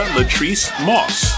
Latrice-Moss